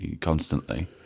constantly